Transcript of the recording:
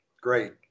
great